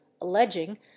alleging